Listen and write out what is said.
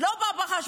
זה לא בא בחשבון.